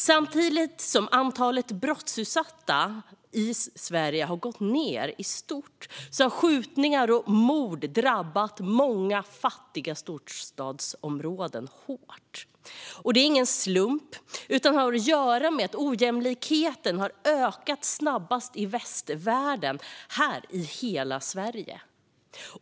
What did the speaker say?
Samtidigt som antalet brottsutsatta i Sverige har gått ned i stort har skjutningar och mord drabbat några fattiga storstadsområden hårt. Det är ingen slump utan har att göra med att ojämlikheten har ökat snabbast i Sverige sett till hela västvärlden.